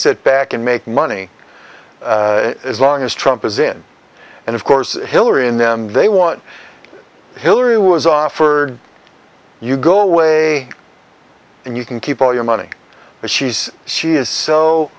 sit back and make money as long as trump is in and of course hillary and them they want hillary was offered you go away and you can keep all your money but she's she is so